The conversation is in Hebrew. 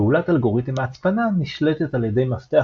פעולת אלגוריתם ההצפנה נשלטת על ידי מפתח